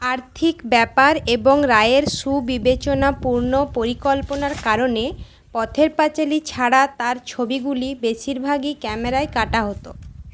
আর্থিক ব্যাপার এবং রায়ের সুবিবেচনাপূর্ণ পরিকল্পনার কারণে পথের পাঁচালী ছাড়া তাঁর ছবিগুলি বেশিরভাগই ক্যামেরায় কাটা হত